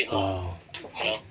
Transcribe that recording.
ah